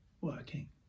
working